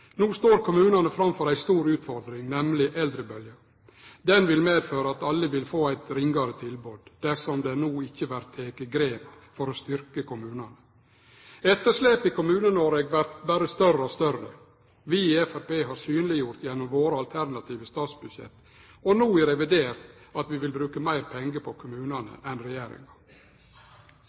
No står kommunane framfor ei stor utfordring, nemleg eldrebølgja. Ho vil medføre at alle vil få eit ringare tilbod, dersom det no ikkje vert teke grep for å styrkje kommunane. Etterslepet i Kommune-Noreg vert berre større og større. Vi i Framstegspartiet har synleggjort gjennom våre alternative statsbudsjett, og no i revidert, at vi vil bruke meir pengar på kommunane enn regjeringa.